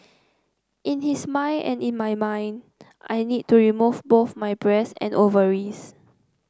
in his mind and in my mind I needed to remove both my breasts and ovaries